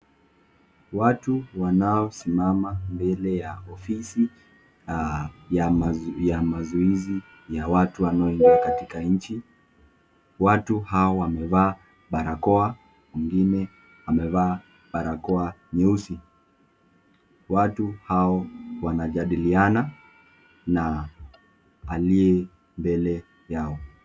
Watu wanao simama mbele ya ofisi ya mazoezi ya watu wanao wanaingia ndani ya nchi. Watu hawa wamevaa barakoa wengine wamevaa barakoa nyeusi, watu hao wanajadiliana na aliye mbele yao.